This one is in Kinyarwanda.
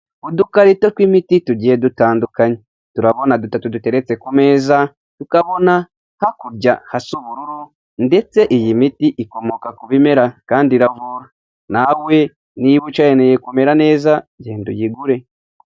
Udukarito tw'imiti tugiye dutandukanye turabona dutatu duteretse ku meza tukabona hakurya hasa ubururu ndetse iyi miti ikomoka ku bimera, kandi iravura nawe niba ukeneye kumera neza genda uyigure.